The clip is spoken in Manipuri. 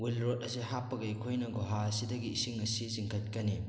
ꯋꯤꯜ ꯔꯣꯗ ꯑꯁꯤ ꯍꯥꯞꯄꯒ ꯑꯩꯈꯣꯏꯅ ꯒꯨꯍꯥ ꯑꯁꯤꯗꯒꯤ ꯏꯁꯤꯡ ꯑꯁꯤ ꯆꯤꯡꯈꯠꯀꯅꯤ